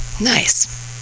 nice